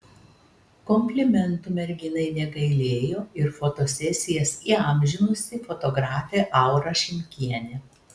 komplimentų merginai negailėjo ir fotosesijas įamžinusi fotografė aura šimkienė